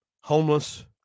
homeless